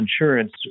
insurance